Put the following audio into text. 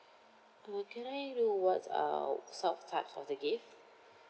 uh can I know what's uh some types of the gifts